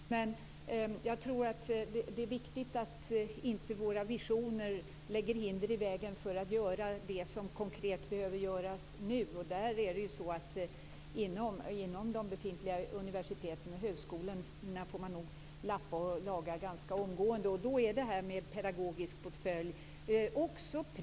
Fru talman! Där är vi överens. Jag tror att det är viktigt att våra visioner inte lägger hinder i vägen för att göra det som konkret behöver göras nu. Man får nog lappa och laga ganska omgående inom de befintliga universiteten och högskolorna. Då finns detta med en pedagogisk portfölj.